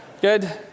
Good